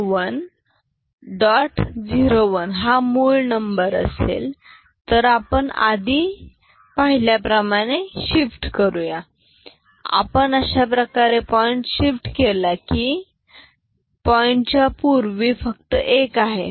01 हा मूळ नंबर असेल तर आपण आधी पाहिल्याप्रमाणे शिफ्ट करू आपण अशा प्रकारे पॉईंट शिफ्ट केला की पॉईंट च्या पूर्वी फक्त 1 आहे